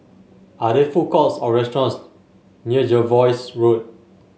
are there food courts or restaurants near Jervois Road